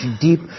deep